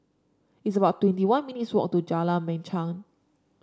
it's about twenty one minutes' walk to Jalan Machang